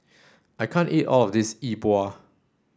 I can't eat all of this Yi Bua